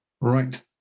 Right